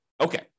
Okay